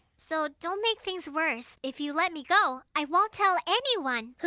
so don't make things worse if you let me go, i won't tell anyone.